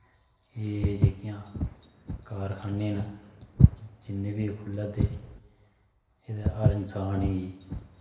एह् जेह्कियां कारखाने न जिन्ने बी खु'ल्ला दे एह्दा हर इन्सान गी